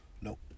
Nope